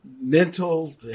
mental